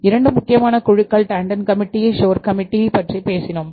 2 முக்கியமான குழுக்கள் டாண்டன் கமிட்டி பற்றி பேசினோம்